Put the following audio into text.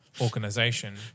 organization